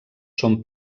són